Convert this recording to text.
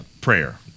prayer